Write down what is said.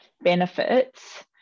benefits